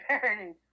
parody